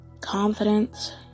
confidence